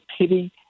pity